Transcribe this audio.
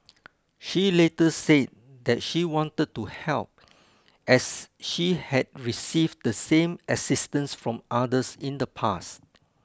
she later said that she wanted to help as she had received the same assistance from others in the past